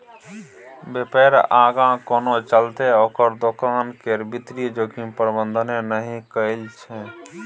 बेपार आगाँ कोना चलतै ओकर दोकान केर वित्तीय जोखिम प्रबंधने नहि कएल छै